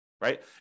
right